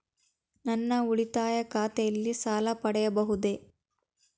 ನನ್ನ ಉಳಿತಾಯ ಖಾತೆಯಲ್ಲಿ ಸಾಲ ಪಡೆಯಬಹುದೇ?